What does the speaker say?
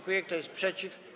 Kto jest przeciw?